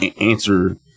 answer